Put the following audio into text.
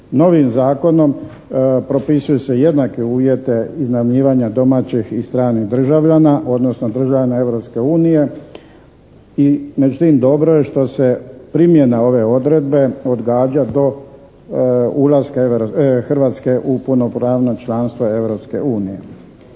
Novim zakonom propisuje se jednake uvjete iznajmljivanja domaćih i stranih državljana odnosno državljana Europske unije. I međutim, dobro je što se primjena ove odredbe odgađa do ulaska Hrvatske u punopravno članstvo